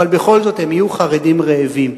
אבל בכל זאת, הם יהיו חרדים רעבים.